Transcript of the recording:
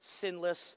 sinless